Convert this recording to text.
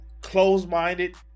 close-minded